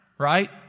Right